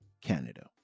canada